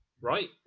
right